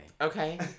Okay